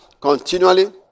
continually